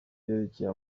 yerekeye